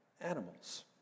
animals